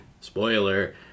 spoiler